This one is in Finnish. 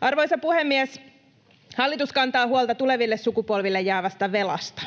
Arvoisa puhemies! Hallitus kantaa huolta tuleville sukupolville jäävästä velasta.